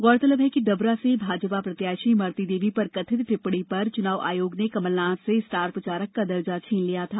गौरतलब है कि डबरा से भाजपा प्रत्याशी इमरती देवी पर कथित टिप्पणी पर चुनाव आयोग ने कमलनाथ से स्टार प्रचारक का दर्जा छीन लिया था